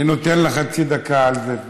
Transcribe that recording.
אני נותן לה חצי דקה על זה.